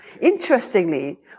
Interestingly